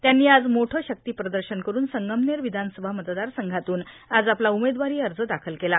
त्यांनी आज मोठं शक्तिप्रदर्शन करुन संगमनेर विधानसभा मतदार संघातून आज आपला उमेदवारी अर्ज दाखल केला